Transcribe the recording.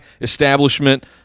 establishment